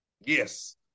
Yes